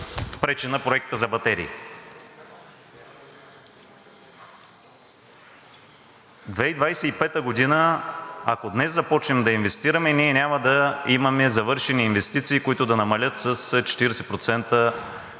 пречи на проекта за батерии. 2025 г., ако днес започнем да инвестираме, ние няма да имаме завършени инвестиции, които да намалят с 40%